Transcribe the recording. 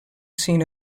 seen